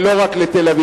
ולא רק בתל-אביב.